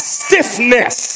stiffness